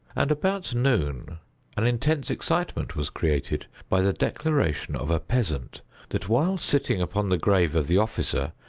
and about noon an intense excitement was created by the declaration of a peasant that, while sitting upon the grave of the officer,